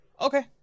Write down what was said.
Okay